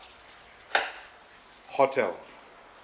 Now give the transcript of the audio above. hotel